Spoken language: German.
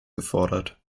gefordert